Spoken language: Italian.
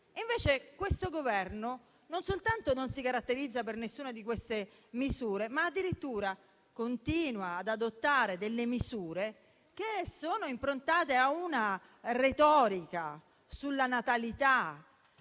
Invece, questo Governo, non soltanto non si caratterizza per nessuna di queste misure, ma addirittura continua ad adottare misure improntate a una retorica sulla natalità